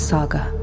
Saga